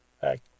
Hey